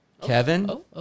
Kevin